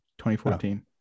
2014